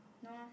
no ah